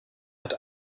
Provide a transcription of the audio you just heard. hat